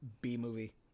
B-movie